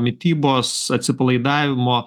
mitybos atsipalaidavimo